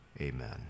Amen